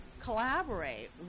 collaborate